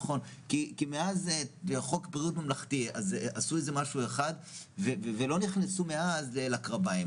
כי מאז חוק בריאות ממלכתי עשו משהו אחד ולא נכנסו מאז לקרביים.